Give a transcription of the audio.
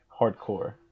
hardcore